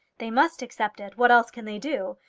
they must accept it. what else can they do?